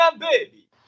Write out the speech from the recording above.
baby